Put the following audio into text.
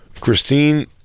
Christine